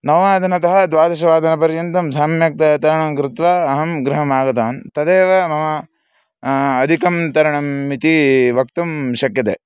नववादनतः द्वादशवादनपर्यन्तं सम्यक्तया तरणं कृत्वा अहं गृहम् आगतवान् तदेव मम अधिकं तरणम् इति वक्तुं शक्यते